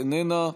איננה,